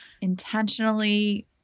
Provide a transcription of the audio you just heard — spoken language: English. intentionally